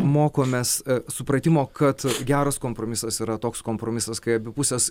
mokomės supratimo kad geras kompromisas yra toks kompromisas kai abi pusės